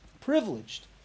privileged